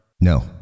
No